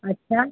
अच्छा